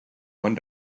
one